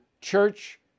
church